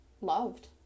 loved